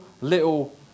little